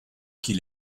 qu’il